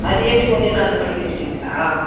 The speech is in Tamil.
அது எப்படி ஒரே நாளில் படிக்க வச்சிடுவிங்களா